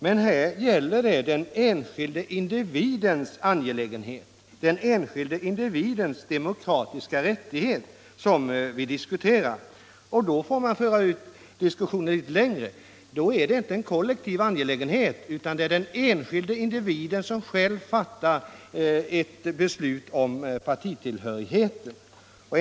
Men vi diskuterar nu den enskilde individens angelägenhet, den enskilde individens demokratiska rättighet. Och då måste vi föra ut diskussionen litet längre. Då är det inte en kollektiv angelägenhet, utan den enskilde individen måste själv få fatta beslut om partitillhörigheten.